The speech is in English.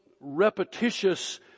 repetitious